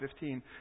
15